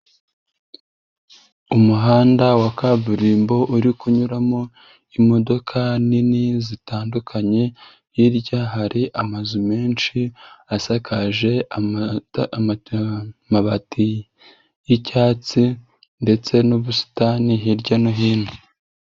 Umuhanda wa kaburimbo uri kunyuramo imodoka nini zitandukanye, hirya hari amazu menshi asakaje amabati y'icyatsi ndetse n'ubusitani hirya no hino.